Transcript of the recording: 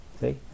See